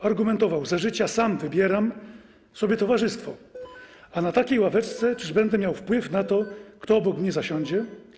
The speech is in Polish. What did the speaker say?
Argumentował: za życia sam wybieram sobie towarzystwo, a na takiej ławeczce - czyż będę miał wpływ na to, kto obok mnie zasiądzie?